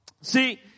See